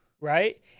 right